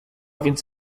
więc